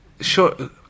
sure